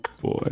boy